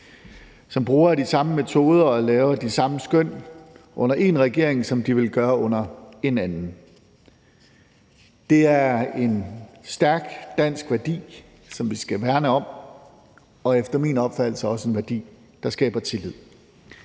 som bruger de samme metoder og laver de samme skøn under én regering, som de vil gøre under en anden. Det er en stærk dansk værdi, som vi skal værne om, og efter min opfattelse også en værdi, der skaber tillid.